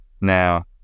Now